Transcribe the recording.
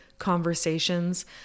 conversations